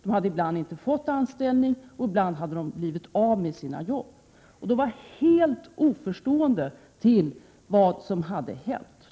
De hade ibland inte fått en anställning, och ibland hade de blivit av med sitt jobb. De var helt oförstående till vad som hade hänt.